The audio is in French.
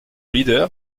leader